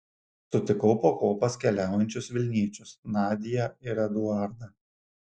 sutikau po kopas keliaujančius vilniečius nadią ir eduardą